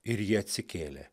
ir ji atsikėlė